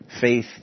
faith